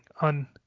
on